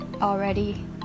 already